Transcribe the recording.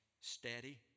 steady